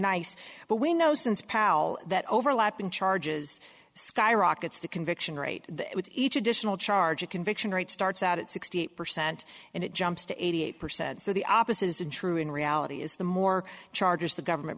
nice but we know since pal that overlapping charges skyrockets to conviction rate with each additional charge a conviction rate starts out at sixty eight percent and it jumps to eighty eight percent so the opposite isn't true in reality is the more charges the government